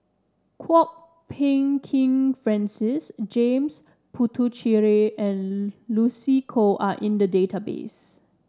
Kwok Peng Kin Francis James Puthucheary and Lucy Koh are in the database